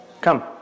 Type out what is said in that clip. Come